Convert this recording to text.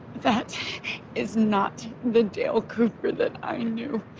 that is not the dale cooper that i knew.